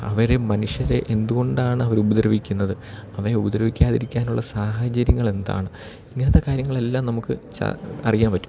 അവരെ മനുഷ്യരെ എന്തുകൊണ്ടാണവർ ഉപദ്രവിക്കുന്നത് അവയെ ഉപദ്രവിക്കാതിരിക്കാനുള്ള സാഹചര്യങ്ങൾ എന്താണ് ഇങ്ങനെത്തെ കാര്യങ്ങളെല്ലാം നമുക്ക് ച അറിയാൻ പറ്റും